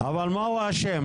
אבל מה הוא אשם?